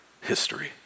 history